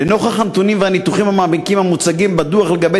לנוכח הנתונים והניתוחים המעמיקים המוצגים בדוח לגבי